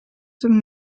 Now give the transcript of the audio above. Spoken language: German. dem